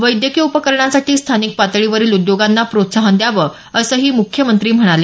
वैद्यकिय उपकरणांसाठी स्थानिक पातळीवरील उद्योगांना प्रोत्साहन द्यावं असंही मुख्यमंत्री म्हणाले